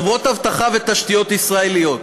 חברות אבטחה ותשתיות ישראליות,